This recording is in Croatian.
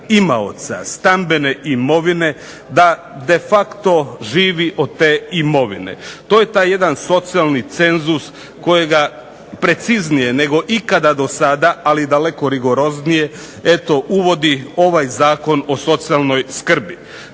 imaoca stambene imovine da de facto živi od te imovine. To je taj jedan socijalni cenzus kojega preciznije nego ikada do sada, ali daleko rigoroznije eto uvodi ovaj Zakon o socijalnoj skrbi.